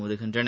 மோதுகின்றன